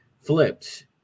flipped